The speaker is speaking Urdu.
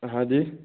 ہاں جی